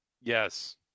Yes